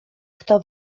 kto